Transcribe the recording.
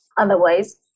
otherwise